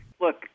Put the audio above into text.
Look